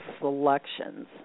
selections